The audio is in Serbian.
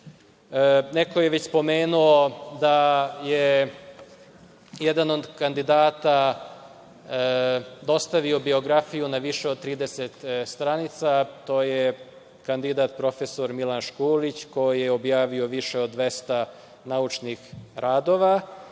Neko je već spomenuo da je jedan od kandidata dostavio biografiju na više od 30 stranica, to je kandidat prof. Milan Škulić, koji je objavio više od 200 naučnih radova. Pored